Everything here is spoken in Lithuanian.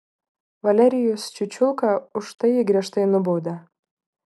valerijus čiučiulka už tai jį griežtai nubaudė